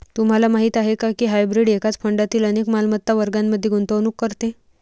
तुम्हाला माहीत आहे का की हायब्रीड एकाच फंडातील अनेक मालमत्ता वर्गांमध्ये गुंतवणूक करते?